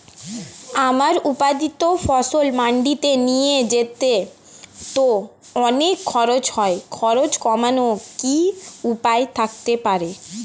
আমার উৎপাদিত ফসল মান্ডিতে নিয়ে যেতে তো অনেক খরচ হয় খরচ কমানোর কি উপায় থাকতে পারে?